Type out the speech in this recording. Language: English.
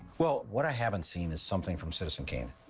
well, what i haven't seen is something from citizen kane.